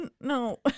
no